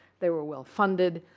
they were well funded.